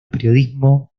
periodismo